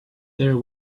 there